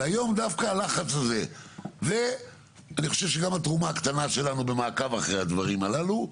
דווקא מהלחץ הזה והתרומה הקטנה שלנו במעקב אחר הדברים הללו.